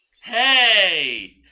Hey